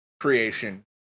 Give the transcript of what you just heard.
creation